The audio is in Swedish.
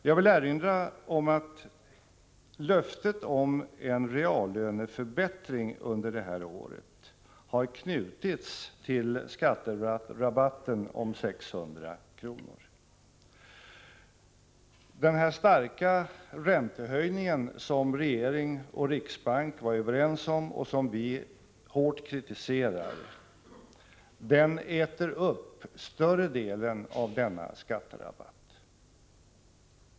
Jag vill erinra om att löftet om en reallöneförbättring under det här året har knutits till skatterabatten på 600 kr. Den starka räntehöjning som regeringen och riksbanken var överens om och som vi hårt kritiserat äter upp större delen av denna skatterabatt.